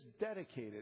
dedicated